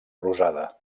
rosada